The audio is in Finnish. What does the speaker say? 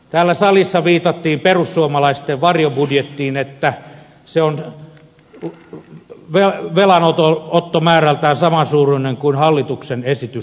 täällä salissa viitattiin perussuomalaisten varjobudjettiin että se on velanottomäärältään samansuuruinen kuin hallituksen esitys